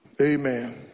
Amen